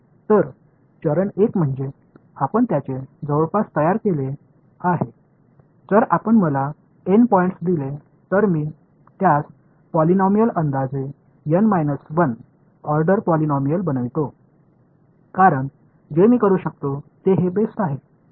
तर चरण 1 म्हणजे आपण त्याचे जवळपास तयार केले आहे जर आपण मला एन पॉईंट्स दिले तर मी त्यास पॉलिनॉमियल अंदाजे N 1 ऑर्डर पॉलिनॉमियल बनवितो कारण जे मी करू शकतो ते हे बेस्ट आहे